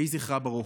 יהי זכרה ברוך.